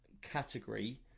category